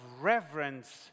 reverence